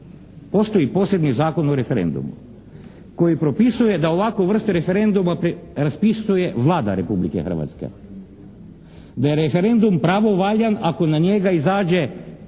Postoji posebni Zakon o referendumu koji propisuje da ovakvu vrstu referenduma raspisuje Vlada Republike Hrvatske, da je referendum pravovaljan ako na njega izađe